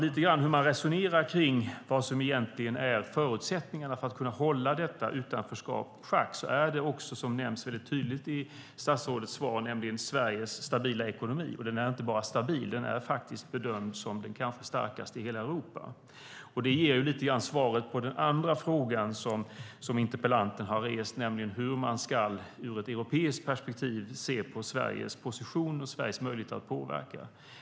Hur man än resonerar om vad som egentligen är förutsättningarna för att hålla detta utanförskap i schack finns det en sak som har nämnts tydligt i statsrådets svar, nämligen Sveriges stabila ekonomi. Och den är inte bara stabil, utan den är bedömd som den kanske starkaste i hela Europa. Det ger lite grann svaret på den andra fråga som interpellanten har rest, nämligen hur man ur ett europeiskt perspektiv ska se på Sveriges position och Sveriges möjlighet att påverka.